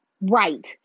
right